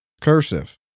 cursive